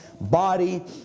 body